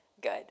good